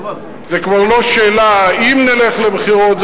זה כבר לא שאלה אם נלך לבחירות,